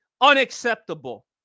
unacceptable